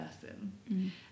person